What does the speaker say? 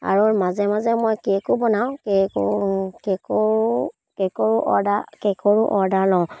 আৰু মাজে মাজে মই কেকো বনাওঁ কেকো কেকৰো কেকৰো অৰ্ডাৰ কেকৰো অৰ্ডাৰ লওঁ